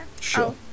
sure